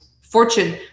fortune